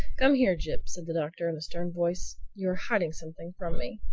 come here, jip, said the doctor in a stern voice. you are hiding something from me.